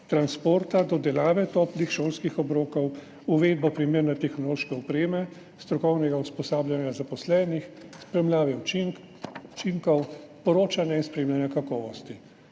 transporta, dodelave toplih šolskih obrokov, uvedbe primerne tehnološke opreme, strokovnega usposabljanja zaposlenih, spremljave učinkov, poročanja in spremljanja kakovosti.